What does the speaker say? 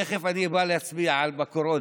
תכף אני בא להצביע על הקורונה.